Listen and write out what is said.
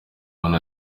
muntu